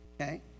Okay